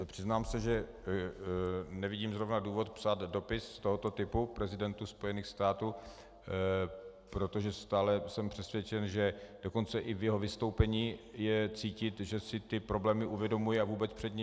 Přiznám se, že nevidím zrovna důvod psát dopis tohoto typu prezidentu Spojených států, protože stále jsem přesvědčen, že dokonce i v jeho vystoupení je cítit, že si ty problémy uvědomuje a vůbec před nimi neuhýbá.